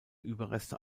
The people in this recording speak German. überreste